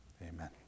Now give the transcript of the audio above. Amen